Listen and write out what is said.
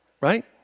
right